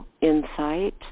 insight